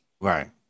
Right